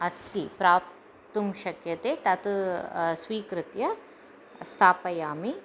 अस्ति प्राप्तुं शक्यते तत् स्वीकृत्य स्थापयामि